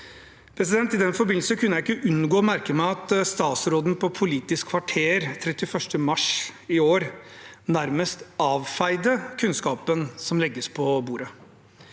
økende.» I den forbindelse kunne jeg ikke unngå å merke meg at statsråden på Politisk kvarter 31. mars i år nærmest avfeide kunnskapen som legges på bordet.